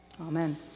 Amen